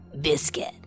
Biscuit